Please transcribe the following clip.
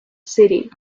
city